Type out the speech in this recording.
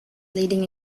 leading